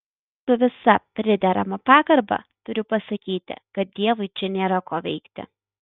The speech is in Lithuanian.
su visa priderama pagarba turiu pasakyti kad dievui čia nėra ko veikti